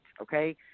okay